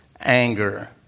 anger